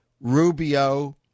Rubio